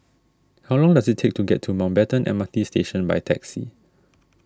how long does it take to get to Mountbatten M R T Station by taxi